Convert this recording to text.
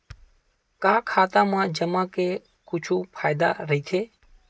का खाता मा जमा के कुछु फ़ायदा राइथे?